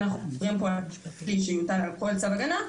אם אנחנו מדברים פה על מקרים שניתן צו הגנה,